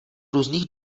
různých